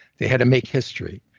they had to make history.